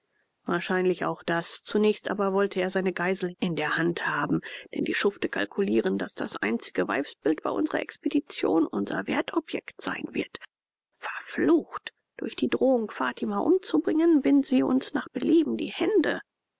wahrscheinlich auch das zunächst aber wollte er eine geisel in der hand haben denn die schufte kalkulieren daß das einzige weibsbild bei unsrer expedition unser wertobjekt sein wird verflucht durch die drohung fatima umzubringen binden sie uns nach belieben die hände